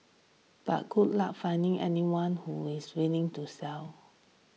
but good luck finding anyone who is willing to sell